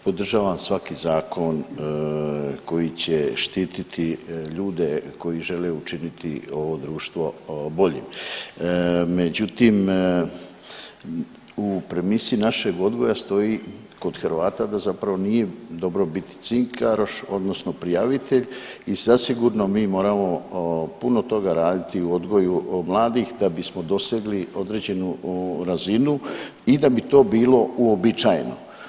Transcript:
Podržavam svaki zakon koji će štititi ljude koji žele učiniti ovo društvo boljim, međutim u premisi našeg odgoja kod Hrvata da zapravo nije dobro bit cinkaroš odnosno prijavitelj i zasigurno mi moramo puno toga raditi u odgoju mladih da bismo dosegli određenu razinu i da bi to bilo uobičajeno.